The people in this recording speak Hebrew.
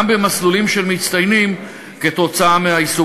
גם במסלולים של מצטיינים, כתוצאה מזה.